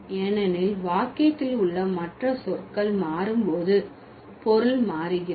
ஏனெனில் வாக்கியத்தில் உள்ள மற்ற சொற்கள் மாறும்போது பொருள் மாறுகிறது